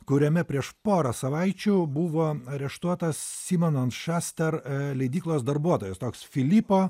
kuriame prieš porą savaičių buvo areštuotas simon and schuster leidyklos darbuotojas toks filipo